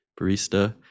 barista